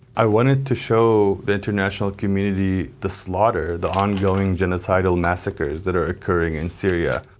i wanted to show the international community the slaughter, the on going genocidal massacres that are occurring in syria.